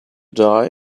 die